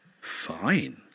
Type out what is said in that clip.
Fine